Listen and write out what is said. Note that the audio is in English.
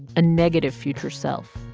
a negative future self,